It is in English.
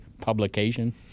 publication